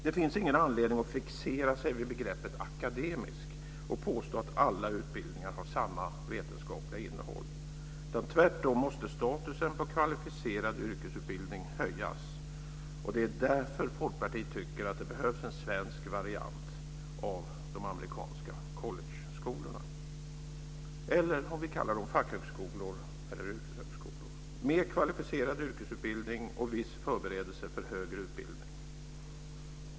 Det finns ingen anledning att fixera sig vid begreppet "akademisk" och påstå att alla utbildningar har samma vetenskapliga innehåll. Tvärtom måste statusen på kvalificerad yrkesutbildning höjas. Det är därför Folkpartiet tycker att det behövs en svensk variant av de amerikanska collegeskolorna - vi kan också kalla dem fackhögskolor eller yrkeshögskolor - med kvalificerad yrkesutbildning och viss förberedelse för högre utbildning.